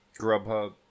Grubhub